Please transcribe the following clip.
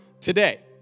today